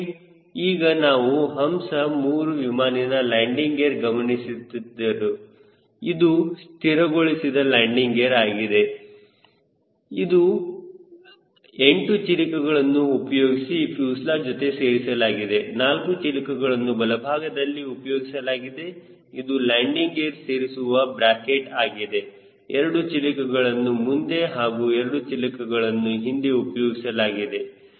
ಹಾಗೆ ಈಗ ನಾವು ಹಂಸ 3 ವಿಮಾನಿನ ಲ್ಯಾಂಡಿಂಗ್ ಗೇರ್ ಗಮನಿಸುತ್ತಿದ್ದರು ಇದು ಸ್ಥಿರಗೊಳಿಸಿದ ಲ್ಯಾಂಡಿಂಗ್ ಗೇರ್ ಆಗಿದೆ ಇದು 8 ಚಿಲಿಕಗಳನ್ನು ಉಪಯೋಗಿಸಿ ಫ್ಯೂಸೆಲಾಜ್ ಜೊತೆ ಸೇರಿಸಲಾಗಿದೆ 4 ಚಿಲಿಕಗಳನ್ನು ಬಲಭಾಗದಲ್ಲಿ ಉಪಯೋಗಿಸಲಾಗಿದೆ ಇದು ಲ್ಯಾಂಡಿಂಗ್ ಗೇರ್ ಸೇರಿಸುವ ಬ್ರಾಕೆಟ್ ಆಗಿದೆ ಎರಡು ಚಿಲಿಕಗಳನ್ನು ಮುಂದೆ ಹಾಗೂ ಎರಡು ಚಿಲಿಕಗಳನ್ನು ಹಿಂದೆ ಉಪಯೋಗಿಸಲಾಗಿದೆ